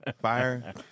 Fire